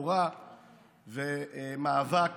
תורה ומאבק